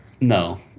No